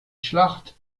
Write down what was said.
schlacht